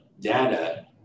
data